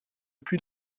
plus